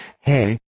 Hey